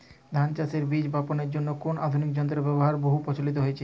ধান চাষের বীজ বাপনের জন্য কোন আধুনিক যন্ত্রের ব্যাবহার বহু প্রচলিত হয়েছে?